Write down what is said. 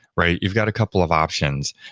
right? you've got a couple of options.